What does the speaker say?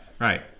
Right